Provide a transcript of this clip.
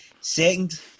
Second